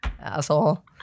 asshole